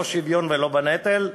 לא שוויון ולא בנטל.